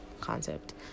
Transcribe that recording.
concept